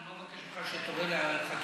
אני לא מבקש ממך שתבוא לחקירה,